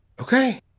Okay